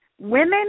women